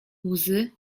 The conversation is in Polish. łzy